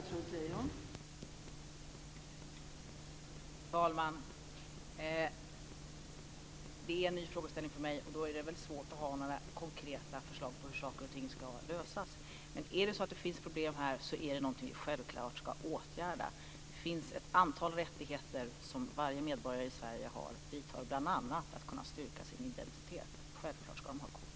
Fru talman! Det är en ny frågeställning för mig, och då är det svårt att ha några konkreta förslag på hur saker och ting ska lösas. Men om det finns problem här ska vi självfallet åtgärda dem. Det finns ett antal rättigheter som varje medborgare i Sverige har, och dit hör bl.a. att kunna styrka sin identitet. Självfallet ska de ha ID-kort.